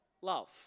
love